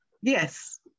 Yes